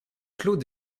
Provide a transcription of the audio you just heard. clos